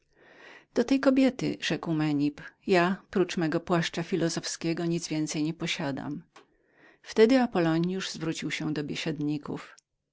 do tej kobiety rzekł menip ja prócz mego płaszcza filozowskiego nic więcej nie posiadam wtedy apollonius zwracając się do